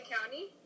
County